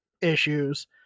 issues